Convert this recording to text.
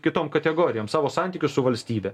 kitom kategorijom savo santykius su valstybe